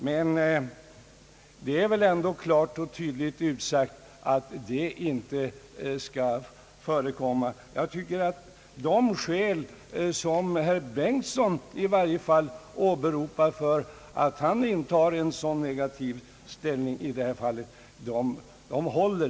Men det är väl ändå klart och tydligt utsagt att det inte skall förekomma. Jag tycker att de skäl som herr Bengtson i varje fall åberopar för att han intar en så negativ ställning i detta fall inte håller.